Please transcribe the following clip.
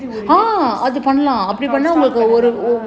அது பண்ணலாம் அப்டி பண்ணுனா உங்களுக்கு ஒரு:athu pannalaam apdi pannunaa ungalukku oru